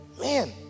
Man